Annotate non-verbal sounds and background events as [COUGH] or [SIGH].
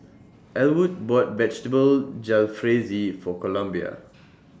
Ellwood bought Vegetable Jalfrezi For Columbia [NOISE]